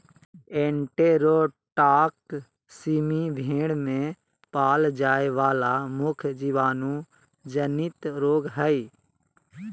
enterotoxaemia भेड़ में पाल जाय वला मुख्य जीवाणु जनित रोग हइ